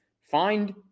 find